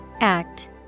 Act